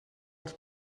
als